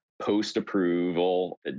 post-approval